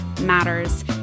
matters